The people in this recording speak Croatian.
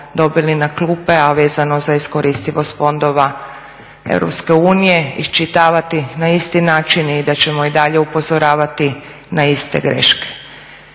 dobili na klupe, a vezano za iskoristivost fondova Europske unije iščitavati na isti način i da ćemo i dalje upozoravati na iste greške.